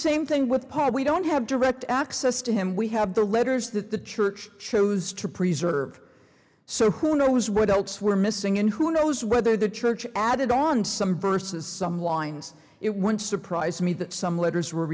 same thing with part we don't have direct access to him we have the letters that the church chose to preserve so who knows what else we're missing in who knows whether the church added on some verses some lines it wouldn't surprise me that some letters were